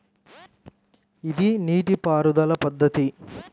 ఇది నీటిపారుదల పద్ధతి